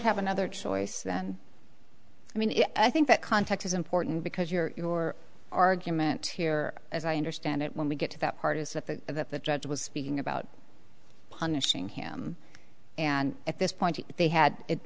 have another choice then i mean i think that context is important because your argument here as i understand it when we get to that part is that the judge was speaking about punishing him and at this point they had it